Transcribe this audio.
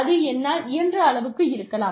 அது என்னால் இயன்ற அளவுக்கு இருக்கலாம்